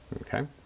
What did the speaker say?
okay